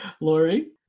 Lori